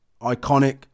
iconic